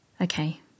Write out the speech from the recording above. Okay